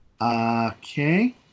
Okay